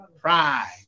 Pride